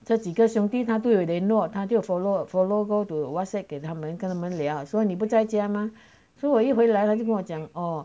这几个兄弟他都有联络他就 follow follow err follow go to whatsapp 给他们跟他们聊我说你不在家吗 so 我一回来他就跟我讲 oh